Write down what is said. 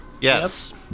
Yes